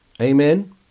Amen